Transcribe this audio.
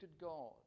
God